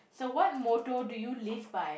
so what motto do you live by